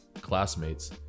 classmates